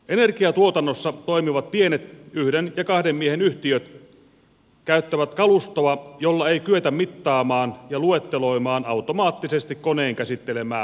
energiatuotannossa toimivat pienet yhden ja kahden miehen yhtiöt käyttävät kalustoa jolla ei kyetä mittaamaan ja luetteloimaan automaattisesti koneen käsittelemää puumäärää